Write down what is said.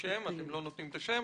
אתם לא מציינים את שמה,